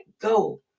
go